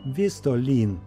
vis tolyn